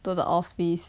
to the office